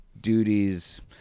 duties